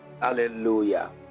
hallelujah